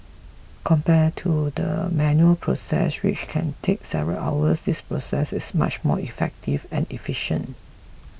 compared to the manual process which can take several hours this process is much more effective and efficient